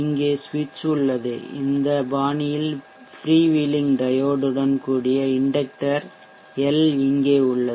இங்கே ஸ்விட்ச் உள்ளது இந்த பாணியில் ஃப்ரீவீலிங் டையோடு உடன்கூடிய இண்டெக்ட்டர் எல் இங்கே உள்ளது